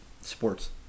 Sports